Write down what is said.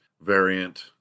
variant